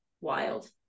wild